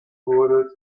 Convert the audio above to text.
wurde